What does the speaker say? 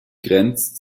grenzt